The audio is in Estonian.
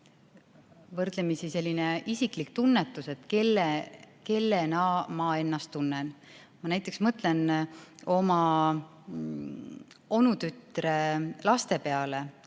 võrdlemisi isiklik tunnetus, kellena ma ennast tunnen. Ma mõtlen oma onutütre laste peale,